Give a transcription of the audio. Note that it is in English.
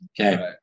Okay